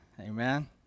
Amen